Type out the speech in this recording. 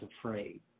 afraid